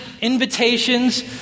invitations